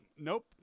Nope